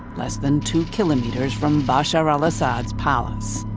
less than two kilometres from bashar al-assad's palace.